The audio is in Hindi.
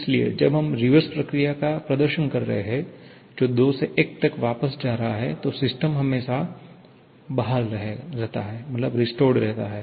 इसलिए जब हम रिवर्स प्रक्रिया का प्रदर्शन कर रहे हैं जो 2 से 1 तक वापस जा रहा है तो सिस्टम हमेशा बहाल रहता है